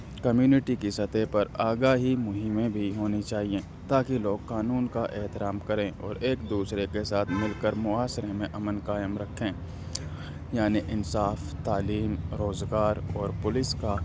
community کی سطح پر آگاہی مہمیں بھی ہونی چاہیں تاکہ لوگ قانون کا احترام کریں اور ایک دوسرے کے ساتھ مل کر معاشرے میں امن قائم رکھیں یعنی انصاف تعلیم روزگار اور پولیس کا